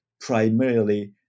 primarily